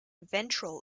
ventral